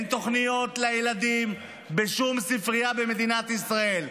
אין תוכניות לילדים בשום ספרייה במדינת ישראל.